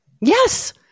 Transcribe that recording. Yes